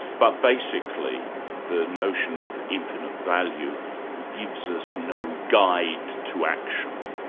but basically, the notion of infinite value gives us no guide to action?